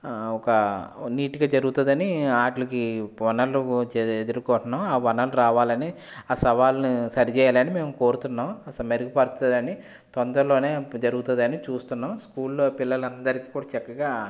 ఒక నీట్గా జరుగుతుందని ఆటలకి ఓనర్లు ఎదుర్కోవటం ఆ ఓనర్లు రావాలని ఆ సవాలు సరిచెయ్యాలని మేము కోరుతున్నాం అసలు మెరుగు పడుతుందని తొందరలోనే జరుగుతుందని చూస్తున్నాం స్కూల్లో పిల్లలందరికీ కూడా చక్కగా